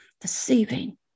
deceiving